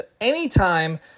anytime